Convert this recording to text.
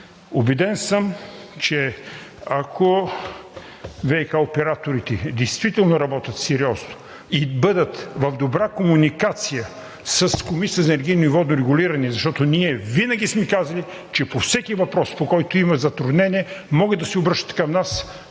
Убеден съм, че ако ВиК операторите действително работят сериозно и бъдат в добра комуникация с Комисията за енергийно и водно регулиране, защото ние винаги сме казвали, че по всеки въпрос, по който имат затруднение, могат да се обръщат към нас